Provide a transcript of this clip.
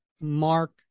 Mark